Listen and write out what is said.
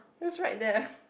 your's right there